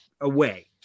away